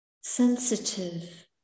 sensitive